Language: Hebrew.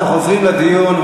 אנחנו חוזרים לדיון.